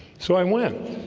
so i went